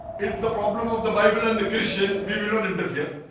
it's the problem of the bible and the christian we will not interfere